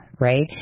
right